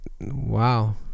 wow